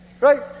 right